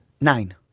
Nine